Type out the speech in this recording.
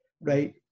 right